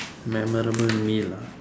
memorable meal ah